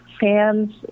fans